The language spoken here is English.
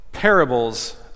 parables